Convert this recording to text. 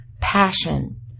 passion